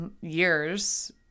years